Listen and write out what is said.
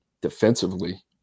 defensively